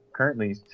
Currently